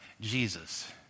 Jesus